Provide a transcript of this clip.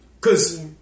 cause